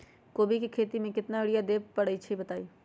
कोबी के खेती मे केतना यूरिया देबे परईछी बताई?